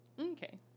Okay